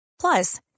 Plus